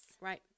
Right